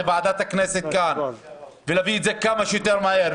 ועדת הכנסת ולהביא את זה כמה שיותר מהר.